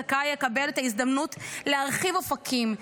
זכאי לקבל את ההזדמנות להרחיב אופקים,